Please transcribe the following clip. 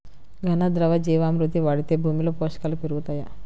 ఘన, ద్రవ జీవా మృతి వాడితే భూమిలో పోషకాలు పెరుగుతాయా?